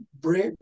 bring